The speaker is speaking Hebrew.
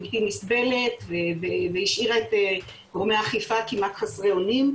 בלתי נסבלת והשאירה את גורמי האכיפה כמעט חסרי אונים,